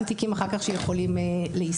גם תיקים אחר כך שיכולים להיסגר.